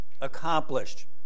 accomplished